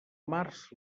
març